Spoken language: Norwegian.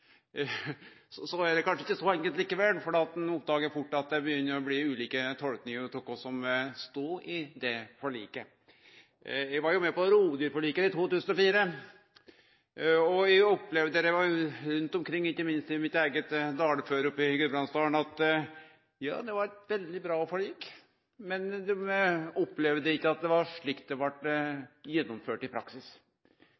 Så er det kanskje ikkje så enkelt likevel, for ein oppdagar fort at det begynner å bli ulike tolkingar av kva som står i det forliket. Eg var med på rovviltforliket i 2004, og eg opplevde rundt omkring, ikkje minst i mitt eige dalføre oppe i Gudbrandsdalen, at det var eit veldig bra forlik, men folk opplevde ikkje at det var slik det